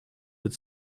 that